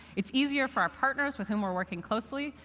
it's easier for our partners, with whom we're working closely.